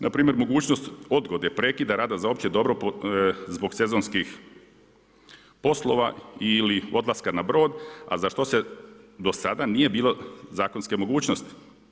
Npr. mogućnost odgode prekida rada za opće dobro zbog sezonskih poslova ili odlaska na brod, a za što se do sada nije bilo zakonske mogućnosti.